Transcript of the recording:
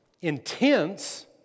intense